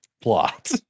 plot